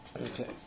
Okay